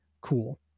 cool